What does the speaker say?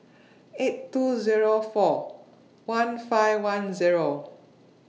eight two Zero four one five one Zero